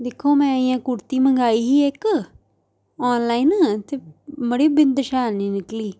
दिक्खो में इ'यां कुरती मंगाई ही इक आनलाइन ते मड़ी बिंद शैल नी निकली